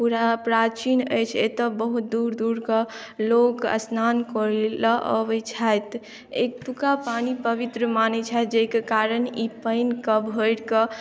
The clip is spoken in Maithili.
पुरा प्राचीन अछि एतौ बहुत दूर दूरक लोग स्नान करय लेल अबै छथि एतुका पानी पवित्र मानै छथि जाहि के कारण ई पानिके भरिके